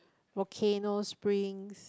volcano springs